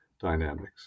dynamics